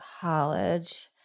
college